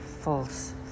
false